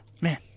man